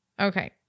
Okay